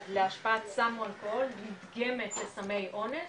להשפעת סם או אלכוהול נדגמת לסמי אונס,